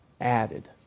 added